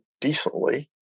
decently